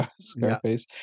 Scarface